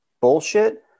bullshit